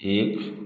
एक